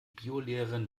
biolehrerin